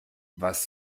was